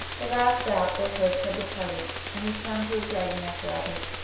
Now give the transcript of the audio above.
the last doubt, or hope, had departed, and he turned to the dragging apparatus,